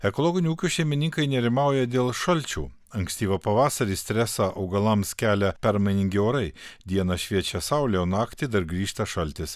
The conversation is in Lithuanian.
ekologinių ūkių šeimininkai nerimauja dėl šalčių ankstyvą pavasarį stresą augalams kelia permainingi orai dieną šviečia saulė o naktį dar grįžta šaltis